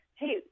hey